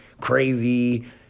crazy